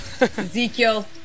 Ezekiel